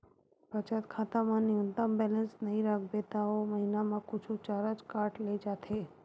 बचत खाता म न्यूनतम बेलेंस नइ राखबे त ओ महिना म कुछ चारज काट ले जाथे